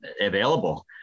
available